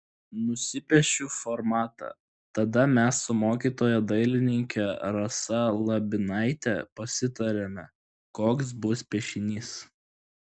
nusipiešiu formatą tada mes su mokytoja dailininke rasa labinaite pasitariame koks bus piešinys